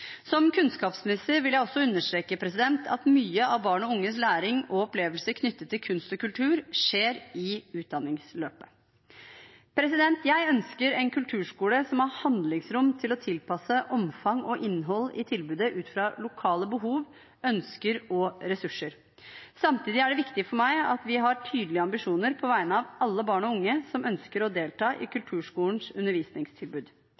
Som kunnskapsminister vil jeg også understreke at mye av barn og unges læring og opplevelse knyttet til kunst og kultur skjer i utdanningsløpet. Jeg ønsker en kulturskole som har handlingsrom til å tilpasse omfang og innhold i tilbudet ut fra lokale behov, ønsker og ressurser. Samtidig er det viktig for meg at vi har tydelige ambisjoner på vegne av alle barn og unge som ønsker å delta i